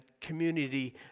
community